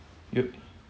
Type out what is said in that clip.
yup